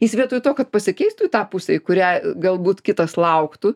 jis vietoj to kad pasikeistų į tą pusę į kurią galbūt kitas lauktų